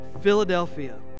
Philadelphia